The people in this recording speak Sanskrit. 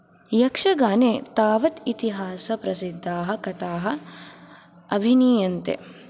यक्षगाने तावत् इतिहासप्रसिद्धाः कथाः अभिनीयन्ते